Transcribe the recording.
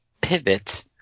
pivot